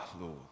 Lord